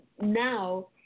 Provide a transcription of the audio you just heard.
now